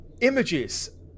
images